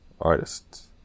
artists